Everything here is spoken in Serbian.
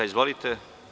Izvolite.